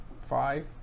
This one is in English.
Five